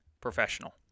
professional